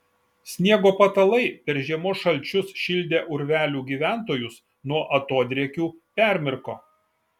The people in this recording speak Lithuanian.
sniego patalai per žiemos šalčius šildę urvelių gyventojus nuo atodrėkių permirko